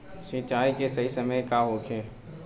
सिंचाई के सही समय का होखे?